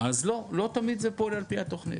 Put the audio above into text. אז לא, לא תמיד זה פועל על פי התוכנית.